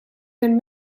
zijn